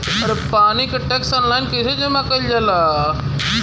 पानी क tax online कईसे जमा कईल जाला?